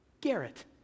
Garrett